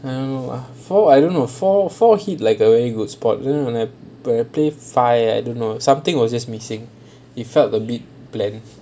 I don't know ah four I don't know four four hit like a very good spot when I when I play five I don't know something was just missing it felt a bit bland